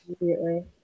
Immediately